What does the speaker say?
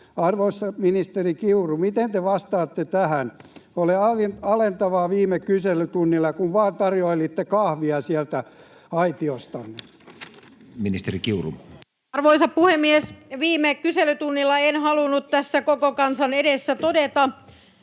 Arvoisa ministeri Kiuru, miten te vastaatte tähän? Oli alentavaa viime kyselytunnilla, kun vain tarjoilitte kahvia sieltä aitiostanne. Ministeri Kiuru. Arvoisa puhemies! Viime kyselytunnilla en halunnut tässä koko kansan edessä todeta,